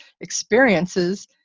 experiences